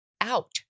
out